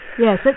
Yes